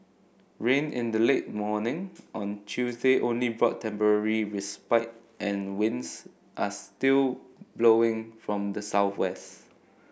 rain in the late morning on Tuesday only brought temporary respite and winds are still blowing from the southwest